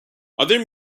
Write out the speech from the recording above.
other